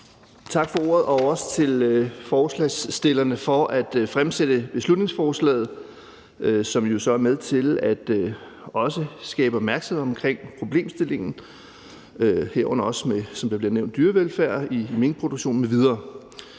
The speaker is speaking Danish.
Tak for ordet, og også tak til forslagsstillerne for at fremsætte beslutningsforslaget, som jo så også er med til at skabe opmærksomhed om problemstillingen, herunder også, som der bliver nævnt, dyrevelfærd i minkproduktionen m.v.